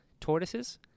tortoises